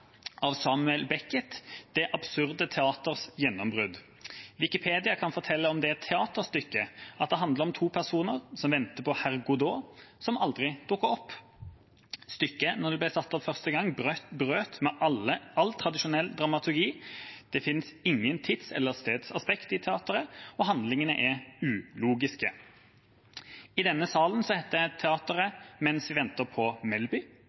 som aldri dukker opp. Stykket, da det ble satt opp første gang, brøt med all tradisjonell dramaturgi. Det fins ingen tids- eller stedsaspekt i teateret, og handlingene er ulogiske. I denne salen heter teaterstykket: Mens vi venter på Melby.